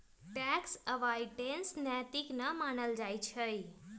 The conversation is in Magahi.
टैक्स अवॉइडेंस नैतिक न मानल जाइ छइ